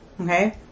Okay